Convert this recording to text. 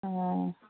ꯑꯣ